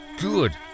Good